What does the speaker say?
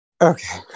Okay